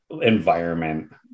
environment